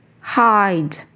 Hide